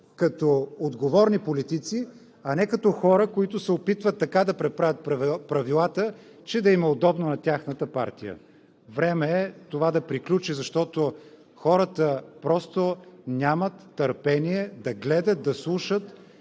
като отговорни политици, а не като хора, които се опитват така да преправят правилата, че да е удобно на тяхната партия. Време е това да приключи, защото хората просто нямат търпение да гледат, да слушат